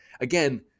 again